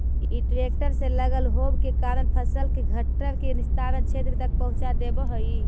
इ ट्रेक्टर से लगल होव के कारण फसल के घट्ठर के निस्तारण क्षेत्र तक पहुँचा देवऽ हई